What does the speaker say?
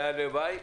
והלוואי,